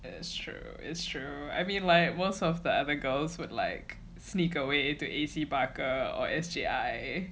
it's true it's true I mean like most of the other girls would like sneak away to A_C barker or S_J_I